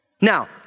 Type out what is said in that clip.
Now